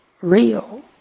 real